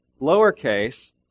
lowercase